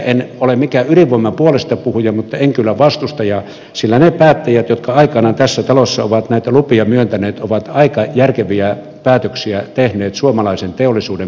en ole mikään ydinvoiman puolestapuhuja mutta en kyllä vastustajakaan sillä ne päättäjät jotka aikanaan tässä talossa ovat näitä lupia myöntäneet ovat aika järkeviä päätöksiä tehneet suomalaisen teollisuuden pärjäämisen kannalta